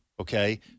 Okay